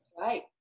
right